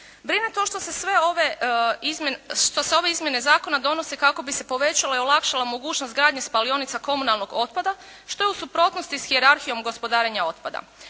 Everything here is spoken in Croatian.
Brine to što se ove izmjene zakona donose kako bi se povećala i olakšala mogućnost gradnje spalionica komunalnog otpada što je u suprotnosti s hijerarhijom gospodarenja otpada.